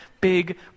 big